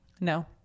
No